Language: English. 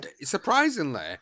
surprisingly